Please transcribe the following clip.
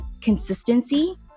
consistency